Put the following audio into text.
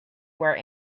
where